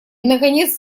наконец